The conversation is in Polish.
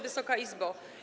Wysoka Izbo!